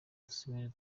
dusuzume